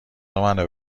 منو